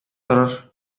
торыр